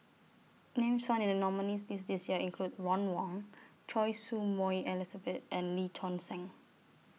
Names found in The nominees' list This Year include Ron Wong Choy Su Moi Elizabeth and Lee Choon Seng